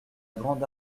grande